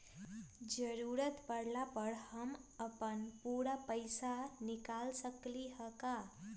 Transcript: जरूरत परला पर हम अपन पूरा पैसा निकाल सकली ह का?